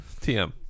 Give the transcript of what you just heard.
tm